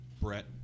Brett